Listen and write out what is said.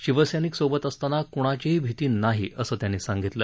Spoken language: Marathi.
शिवसैनिक सोबत असताना कुणाचीही भीती नाही असं त्यांनी सांगितलं